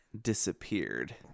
disappeared